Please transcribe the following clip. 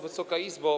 Wysoka Izbo!